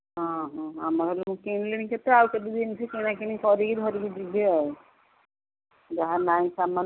ହଁ ହଁ ଆମର ମୁଁ କିଣିଲିଣିି କେତେ ଆଉ କେତେ ଜିନିଷ କିଣାକିଣି କରିକି ଧରିକି ଯିବି ଆଉ ଯାହା ନାହିଁ ସାମାନ